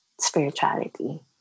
spirituality